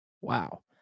Wow